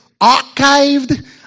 archived